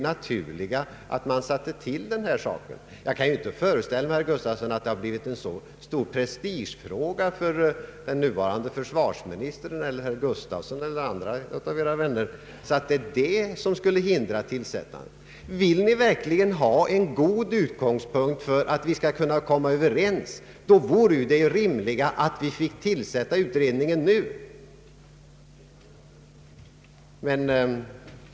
Jag kan inte föreställa mig, herr Gustavsson, att detta har blivit en så stor prestigefråga för den nuvarande försvarsministern, för herr Gustavsson eller för andra av era vänner att det skulle hindra tillsättandet. Vill ni verkligen ha en god utgångspunkt för att komma överens, vore det rimliga att vi fick utredningen nu.